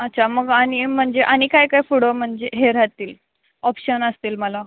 अच्छा मग आणि म्हणजे आणि काय काय पुढे म्हणजे हे राहतील ऑप्शन असतील मला